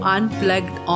Unplugged